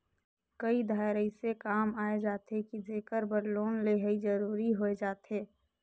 कए धाएर अइसे काम आए जाथे कि जेकर बर लोन लेहई जरूरी होए जाथे